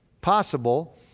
Possible